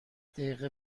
دقیقه